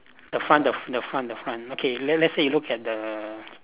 the front the the front the front okay let's let's say you look at the